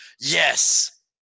Yes